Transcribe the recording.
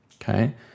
Okay